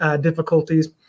difficulties